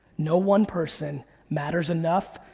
no one person matters enough,